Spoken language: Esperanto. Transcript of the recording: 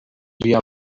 lia